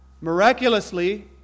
miraculously